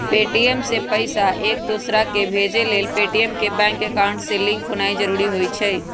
Paytm से पईसा एकदोसराकेँ भेजे लेल पेटीएम के बैंक अकांउट से लिंक होनाइ जरूरी होइ छइ